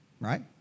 Right